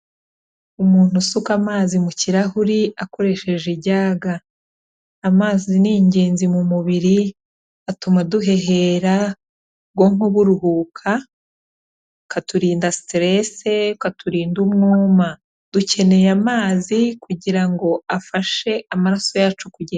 Umuntu usuka amazi mu kirahuri, akoresheje ijyaga, amazi ni igenzi mu mubiri, atuma duhehera, ubwonko buruhuka, akaturinda siterese, akaturinda umwuma, dukeneye amazi kugira ngo afashe amaraso yacu kugera.